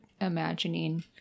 imagining